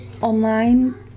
online